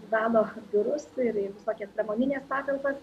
valo biurus turi tokias pramonines patalpas